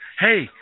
hey